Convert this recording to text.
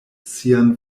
sian